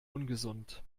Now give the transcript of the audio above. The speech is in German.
ungesund